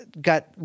got